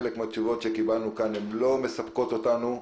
חלק מהתשובות שקיבלנו כאן לא מספקות אותנו,